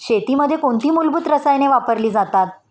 शेतीमध्ये कोणती मूलभूत रसायने वापरली जातात?